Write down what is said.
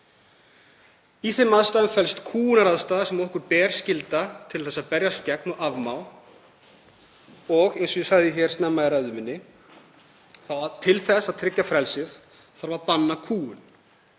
Í þeim aðstæðum felst kúgunaraðstaða sem okkur ber skylda til að berjast gegn og afmá, og eins og ég sagði snemma í ræðu minni: Til þess að tryggja frelsi þarf að banna kúgun.